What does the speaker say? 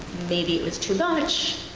maybe it was too much,